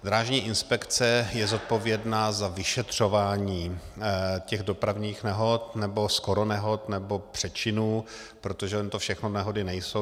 Drážní inspekce je zodpovědná za vyšetřování těch dopravních nehod nebo skoronehod nebo přečinů, protože ono to všechno nehody nejsou.